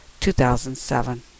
2007